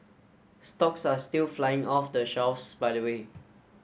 stocks are still flying off the shelves by the way